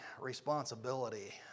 responsibility